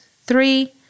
three